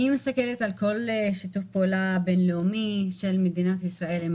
אני מסתכלת על כל שיתוף פעולה בין-לאומי של מדינת ישראל עם